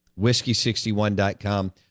Whiskey61.com